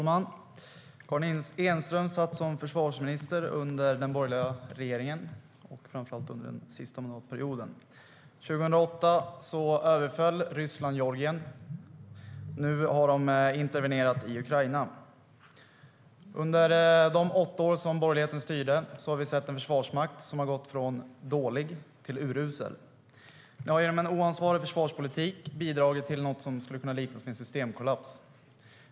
Herr talman! År 2008 överföll Ryssland Georgien. Nu har de intervenerat i Ukraina. Karin Enström satt som försvarsminister i den borgerliga regeringen, framför allt under den sista mandatperioden. Under de åtta år som borgerligheten styrde har vi sett en försvarsmakt som gått från dålig till urusel. Genom en oansvarig försvarspolitik har ni, Karin Enström, bidragit till något som skulle kunna liknas vid en systemkollaps.